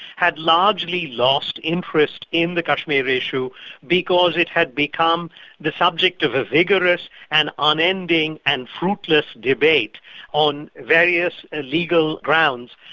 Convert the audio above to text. had largely lost interest in the kashmiri issue because it had become the subject of a vigorous and unending and fruitless debate on various ah legal grounds,